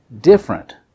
different